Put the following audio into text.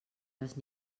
les